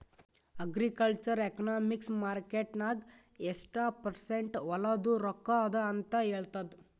agricultural economics market ನಾಗ್ ಎಷ್ಟ percent ಹೊಲಾದು ರೊಕ್ಕಾ ಅದ ಅಂತ ಹೇಳ್ತದ್